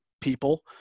people